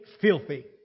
filthy